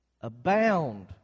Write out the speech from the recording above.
Abound